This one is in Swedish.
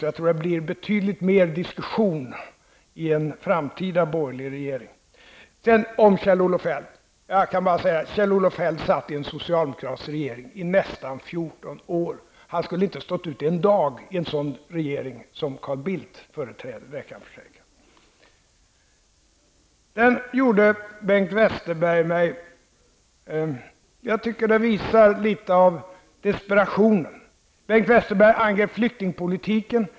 Så jag tror att det blir betydligt mer diskussion i en framtida borgerlig regering. Kjell-Olof Feldt satt i en socialdemokratisk regering i nästan 14 år. Han skulle inte ha stått ut en dag i en regering som Carl Bildt skulle företräda. Det kan jag försäkra. Jag tycker att Bengt Westerbergs inlägg visade litet av desperation. Bengt Westerberg angrep flyktingpolitiken.